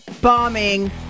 bombing